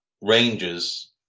Rangers